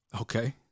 Okay